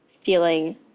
feeling